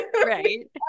right